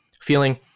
feeling